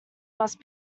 must